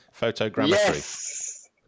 Photogrammetry